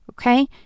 Okay